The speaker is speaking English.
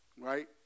Right